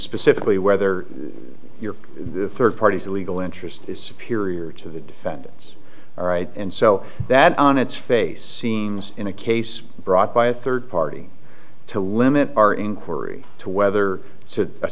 specifically whether your third party's legal interest is superior to the defendant's right and so that on its face scenes in a case brought by a third party to limit our inquiry to whether to a